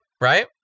Right